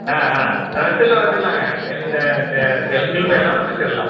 ஆ ஆ அது வச்சிடலாம் வச்சிடலாங்க செல் செல்பு கில்பு எல்லாமே வச்சிடலான்